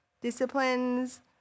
disciplines